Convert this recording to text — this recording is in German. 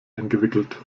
eingewickelt